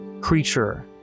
creature